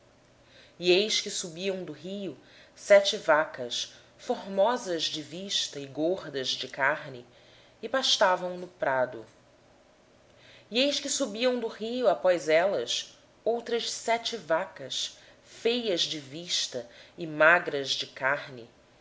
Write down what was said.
eis que subiam do rio sete vacas gordas de carne e formosas à vista e pastavam no prado e eis que outras sete vacas subiam após estas muito feias à vista e magras de carne